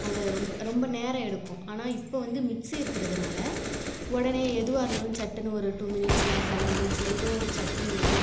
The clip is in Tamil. அது ரொம்ப ரொம்ப நேரம் எடுக்கும் ஆனால் இப்போ வந்து மிக்ஸி இருக்கிறதுனால உடனே எதுவாக இருந்தாலும் சட்டுன்னு ஒரு டூ மினிட்ஸில் ஃபைவ் மினிட்ஸில் ஏதோ ஒரு சட்னியோ